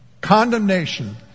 Condemnation